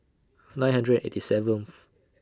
nine hundred eighty seventh